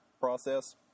process